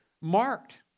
marked